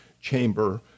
chamber